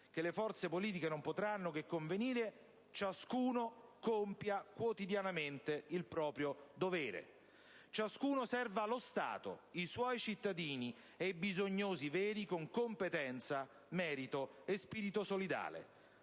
che le forze politiche non potranno che convenire: ciascuno compia quotidianamente il proprio dovere; ciascuno serva lo Stato, i suoi cittadini, i bisognosi veri con competenza, merito e spirito solidale.